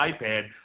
iPad